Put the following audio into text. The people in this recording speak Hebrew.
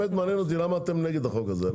למה אתם נגד החוק הזה?